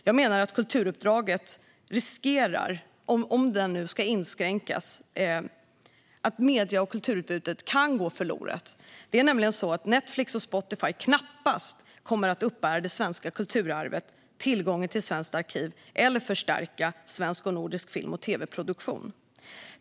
Om detta uppdrag nu ska inskränkas menar jag att medie och kulturutbudet riskerar att gå förlorat. Netflix och Spotify kommer knappast att uppbära det svenska kulturarvet och tillgången till Svenskt mediearkiv eller förstärka svensk och nordisk film och tv-produktion.